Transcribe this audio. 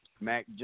Mac